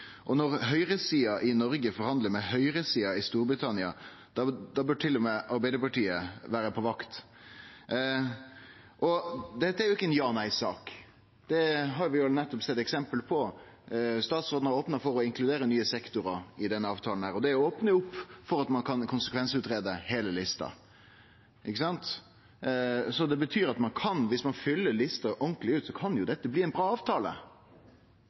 og får ordet til ein kort merknad, avgrensa til 1 minutt. SV er for frihandelsavtalar. Spørsmålet er korleis dei blir utarbeidde. Når høgresida i Noreg forhandlar med høgresida i Storbritannia, bør til og med Arbeidarpartiet vere på vakt. Dette er ikkje ei ja/nei-sak. Det har vi nettopp sett eksempel på. Statsråden har opna for å inkludere nye sektorar i denne avtalen, og det opnar opp for at ein kan konsekvensutgreie heile lista. Det betyr at viss ein fyller lista ordentleg ut, kan dette bli ein bra avtale,